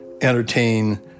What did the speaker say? entertain